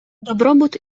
добробут